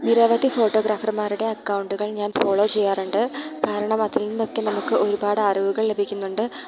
നിരവധി ഫോട്ടോഗ്രാഫർമാരുടെ അക്കൗണ്ടുകൾ ഞാൻ ഫോളോ ചെയ്യാറുണ്ട് കാരണം അതിൽ നിന്നൊക്കെ നമുക്ക് ഒരുപാട് അറിവുകൾ ലഭിക്കുന്നുണ്ട്